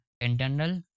Internal